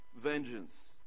vengeance